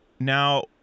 Now